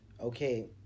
Okay